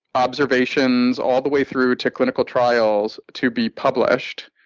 observations, all the way through to clinical trials, to be published,